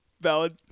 valid